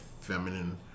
feminine